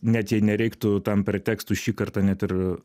net jei nereiktų tam pretekstų šį kartą net ir